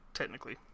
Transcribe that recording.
Technically